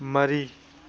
ꯃꯔꯤ